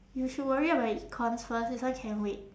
you should worry about your econs first this one can wait